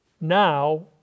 now